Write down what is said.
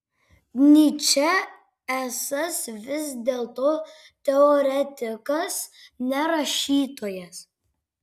nyčė esąs vis dėlto teoretikas ne rašytojas